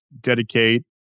dedicate